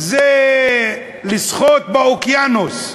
זה לשחות באוקיינוס.